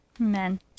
Amen